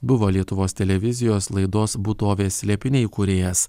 buvo lietuvos televizijos laidos būtovės slėpiniai kūrėjas